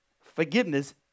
Forgiveness